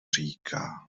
říká